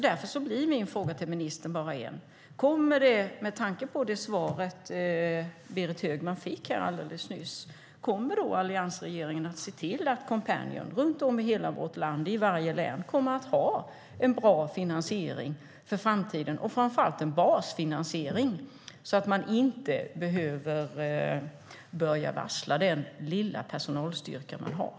Därför har jag bara en fråga till ministern: Kommer alliansregeringen, med tanke på det svar som Berit Högman fick här alldeles nyss, att se till att Coompanion i varje län runt om i hela vårt land kommer att ha en bra finansiering för framtiden och framför allt en basfinansiering så att man inte behöver börja varsla den lilla personalstyrka man har?